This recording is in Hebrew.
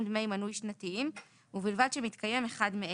דמי מנוי שנתיים ובלבד שמתקיים אחד מאלה: